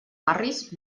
barris